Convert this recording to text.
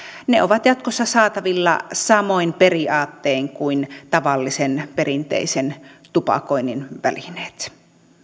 ovat jatkossa saatavilla samoin periaattein kuin tavallisen perinteisen tupakoinnin välineet